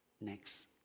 Next